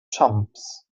chumps